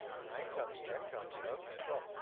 nine comes, ten comes, eleven, twelve,